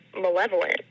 malevolent